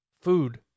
food